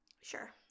sure